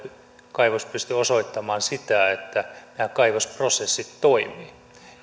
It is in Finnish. kaivos pysty osoittamaan että nämä kaivosprosessit toimivat